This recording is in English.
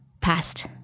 past